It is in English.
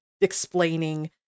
explaining